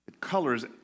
colors